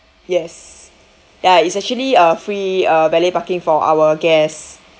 yes ya it's actually a free uh valet parking for our guests